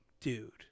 dude